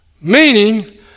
Meaning